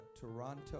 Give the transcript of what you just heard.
Toronto